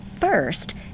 First